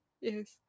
Yes